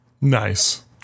Nice